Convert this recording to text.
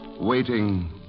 Waiting